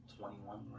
twenty-one